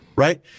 Right